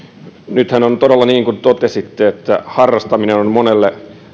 nythän on todella niin kuin totesitte että harrastaminen on monelle